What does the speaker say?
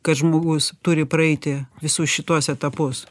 kad žmogus turi praeiti visus šituos etapus